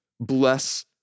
Bless